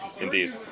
indeed